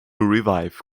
revive